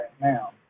now